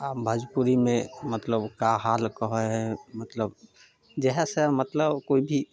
आओर भजपुरीमे मतलब का हाल कहय हइ मतलब जे हइ से मतलब कोइ भी